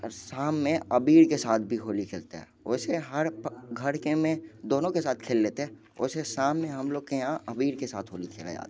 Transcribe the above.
शाम में अबीर के साथ भी होली खेलते है वैसे हर घर के में दोनों के साथ खेल लेते हैं वैसे शाम में हम लोग के यहाँ अबीर के साथ होली खेला जाता है